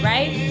Right